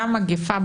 גם מגפה,